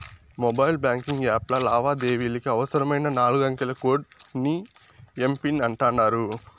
mobile banking యాప్ల లావాదేవీలకి అవసరమైన నాలుగంకెల కోడ్ ని ఎమ్.పిన్ అంటాండారు